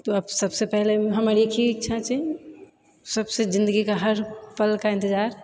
तऽ अब सबसँ पहले हमर एक ही इच्छा छै सबसे जिन्दगीके हरपल का इन्तजार